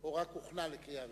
או רק הוכנה לקריאה הראשונה?